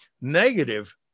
Negative